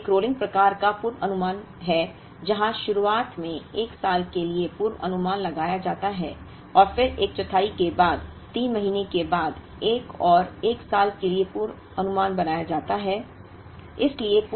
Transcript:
और फिर एक रोलिंग प्रकार का पूर्वानुमान है जहां शुरुआत में 1 साल के लिए पूर्वानुमान लगाया जाता है और फिर एक चौथाई के बाद 3 महीने के बाद एक और 1 साल के लिए पूर्वानुमान बनाया जाता है